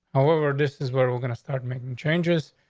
however, this is where we're gonna start making changes.